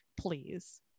please